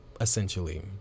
essentially